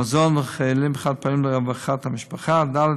מזון וכלים חד-פעמיים לרווחת המשפחה, ד.